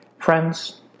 Friends